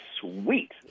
sweet